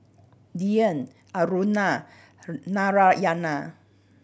Dhyan Aruna and Narayana